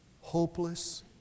hopeless